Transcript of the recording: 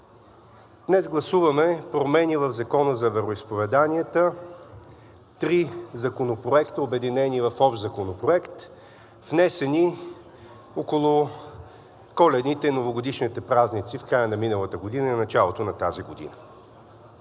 Днес гласуваме промени в Закона за вероизповеданията – три законопроекта, обединени в Общ законопроект, внесени около коледните и новогодишните празници в края на миналата година и началото на тази година.